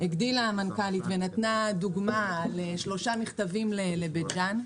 הגדילה המנכ"לית ונתנה דוגמה של שלושה מכתבים לבית ג'אן.